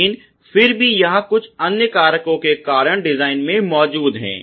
लेकिन फिर भी यह कुछ अन्य कारणों के कारण डिजाइन में मौजूद है